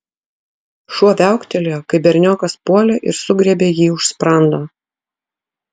šuo viauktelėjo kai berniokas puolė ir sugriebė jį už sprando